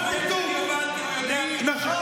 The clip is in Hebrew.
נכון